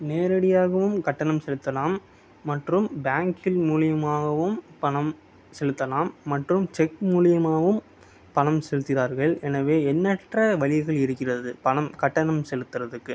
நேரடியாகவும் கட்டணம் செலுத்தலாம் மற்றும் பேங்க்கில் மூலியமாகவும் பணம் செலுத்தலாம் மற்றும் செக் மூலியமாகவும் பணம் செலுத்திகிறார்கள் எனவே எண்ணற்ற வழிகள் இருக்கிறது பணம் கட்டணம் செலுத்துறதுக்கு